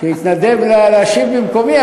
שהתנדב להשיב במקומי,